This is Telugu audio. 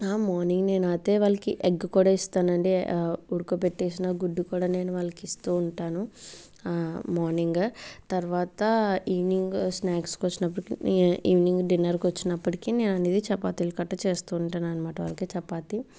మార్నింగ్ నేను అయితే వాళ్ళకి ఎగ్ కూడా ఇస్తానని అదే ఉడకపెట్టేసిన గుడ్డు కూడా నేను వాళ్ళకి ఇస్తూ ఉంటాను మార్నింగ్ తర్వాత ఈవినింగ్ స్నాక్స్కి వచ్చినప్పుడు ఈ ఈవినింగ్ డిన్నర్కి వచ్చినప్పటికీ నేను అనేది చపాతీలు కట్ట చేస్తూ ఉంటానన్నమాట వాళ్ళకి చపాతి